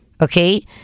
okay